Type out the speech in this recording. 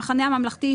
המחנה הממלכתי,